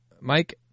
Mike